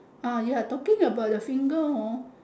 ah ya talking about the finger hor